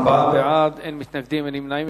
ארבעה בעד, אין מתנגדים, אין נמנעים.